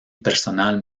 personal